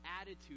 attitude